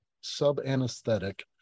Sub-anesthetic